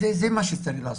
כל אחד יחיה באמונתו.